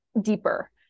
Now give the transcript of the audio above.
deeper